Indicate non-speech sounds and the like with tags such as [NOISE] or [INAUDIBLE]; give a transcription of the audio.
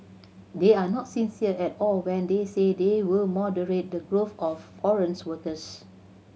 they are not sincere at all when they say they will moderate the growth of foreign [UNINTELLIGIBLE] workers